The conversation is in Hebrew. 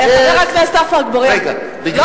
חבר הכנסת עפו אגבאריה,